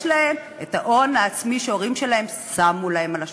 שיש להם הון עצמי שההורים שלהם שמו להם על השולחן.